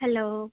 hello